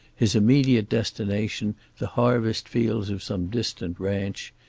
his immediate destination the harvest fields of some distant ranch,